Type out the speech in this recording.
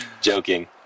joking